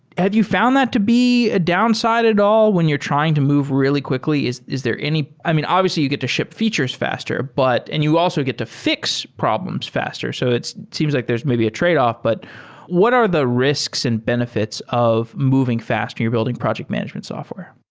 have you found that to be a downside at all when you're trying to move really quickly? is is there any i mean, obviously you get to ship features faster but and you also get to fi x problems faster. so it's seems like there's maybe a tradeoff, but what are the risks and benefi ts of moving fast when you're building project management software?